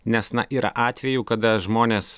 nes na yra atvejų kada žmonės